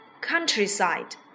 Countryside